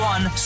One